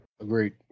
Agreed